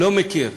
במיליונים.